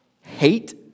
hate